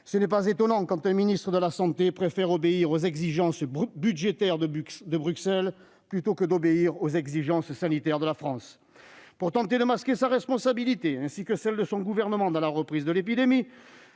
Ce n'est pas étonnant quand un ministre de la santé préfère obéir aux exigences budgétaires de Bruxelles plutôt qu'aux exigences sanitaires de la France. Pour tenter de masquer sa responsabilité, ainsi que celle de son gouvernement dans la reprise de l'épidémie,